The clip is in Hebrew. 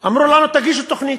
אמרו לנו: תגישו לנו תוכנית.